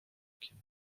okiem